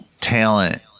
talent